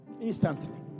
instantly